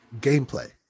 gameplay